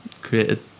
created